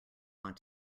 want